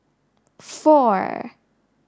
four